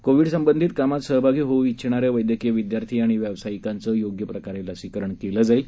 कोविडसंबंधित कामात सहभागी होऊ इच्छिणारे वैद्यकीय विद्यार्थी आणि व्यावसायिकांचं योग्यप्रकारे लसीकरण केलं जाईल